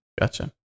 Gotcha